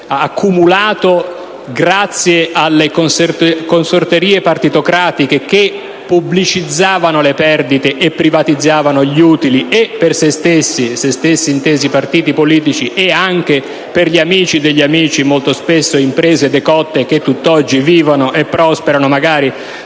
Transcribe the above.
accumulato grazie alle consorterie partitocratiche che pubblicizzavano le perdite e privatizzavano gli utili per gli stessi partiti politici e anche per gli amici degli amici (molto spesso imprese decotte che tutt'oggi vivono e prosperano, magari